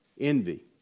envy